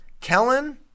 Kellen